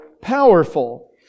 powerful